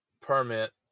permit